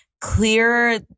clear